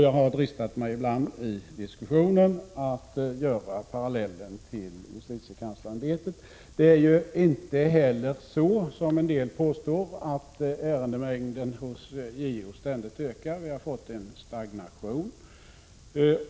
Jag har dristat mig ibland i diskussionen att göra parallellen till justitiekanslersämbetet. Det är inte heller så, som en del påstår, att ärendemängden hos JO ständigt ökar. Vi har fått en stagnation.